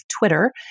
Twitter